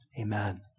Amen